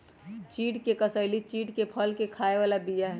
चिढ़ के कसेली चिढ़के फल के खाय बला बीया हई